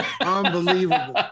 Unbelievable